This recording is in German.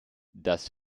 das